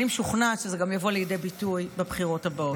אני משוכנעת שזה גם יבוא לידי ביטוי בבחירות הבאות.